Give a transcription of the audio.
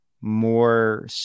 more